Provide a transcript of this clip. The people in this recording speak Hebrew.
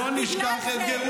בגלל זה.